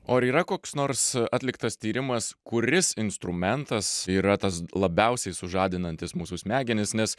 o ar yra koks nors atliktas tyrimas kuris instrumentas yra tas labiausiai sužadinantis mūsų smegenis nes